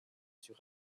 sur